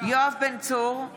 יואב בן צור,